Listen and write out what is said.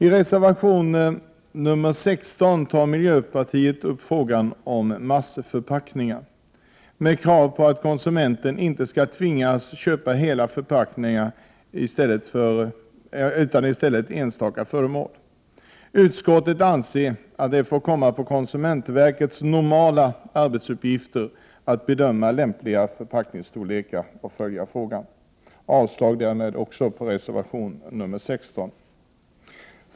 I reservation 16 tar miljöpartiet upp frågan om massförpackningar och kräver att konsumenten inte skall tvingas köpa hela förpackningar i stället för enstaka föremål. Utskottet anser att det får ingå i konsumentverkets normala arbetsuppgifter att följa frågan och bedöma lämpliga förpackningsstorlekar. Jag yrkar därför avslag på reservation 16.